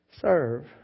serve